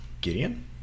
Gideon